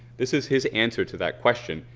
this is his answer to that question.